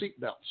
seatbelts